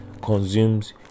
consumes